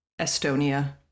Estonia